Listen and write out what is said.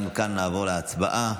גם כאן נעבור להצבעה.